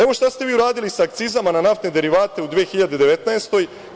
Evo šta ste vi uradili sa akcizama na naftne derivate u 2019. godini.